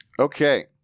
Okay